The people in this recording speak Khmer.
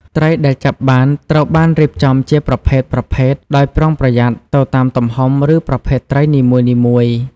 ត្រីដែលចាប់បានត្រូវបានរៀបចំជាប្រភេទៗដោយប្រុងប្រយ័ត្ន ទៅតាមទំហំ ឬប្រភេទត្រីនីមួយៗ។